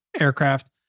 aircraft